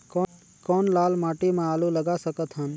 कौन लाल माटी म आलू लगा सकत हन?